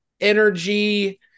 energy